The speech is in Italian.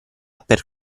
per